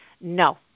No